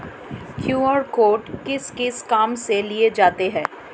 QR code किस किस काम में लिया जाता है?